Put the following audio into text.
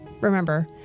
remember